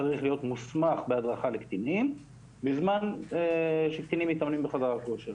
צריך להיות מוסמך בהדרכה לקטינים בזמן שקטינים מתאמנים בחדר הכושר,